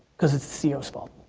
because it's the ceo's fault.